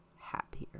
happier